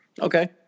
Okay